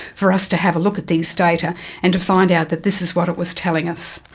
for us to have a look at these data and to find out that this was what it was telling us.